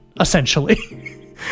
essentially